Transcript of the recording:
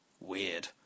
weird